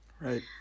right